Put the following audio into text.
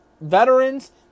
veterans